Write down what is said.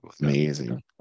Amazing